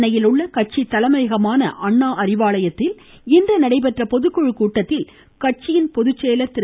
சென்னையில் உள்ள கட்சி தலைமையகமான அண்ணா அறிவாலயத்தில் இன்று நடைபெற்ற பொதுக்குழு கூட்டத்தில் கட்சியின் பொதுச் செயலர் திரு